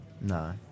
No